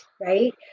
right